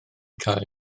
cael